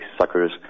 suckers